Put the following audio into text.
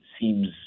seems